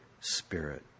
Spirit